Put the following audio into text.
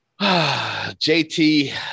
JT